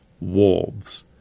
wolves